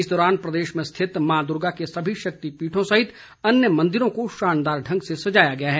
इस दौरान प्रदेश में रिथित मां दुर्गा के सभी शक्तिपीठों सहित अन्य मंदिरों को शानदार ढंग से सजाया गया है